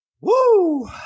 Woo